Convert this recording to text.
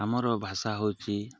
ଆମର ଭାଷା ହଉଛି